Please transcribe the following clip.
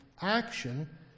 action